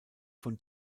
von